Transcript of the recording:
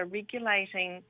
regulating